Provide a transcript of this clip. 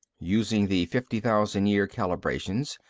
using the fifty thousand year calibrations,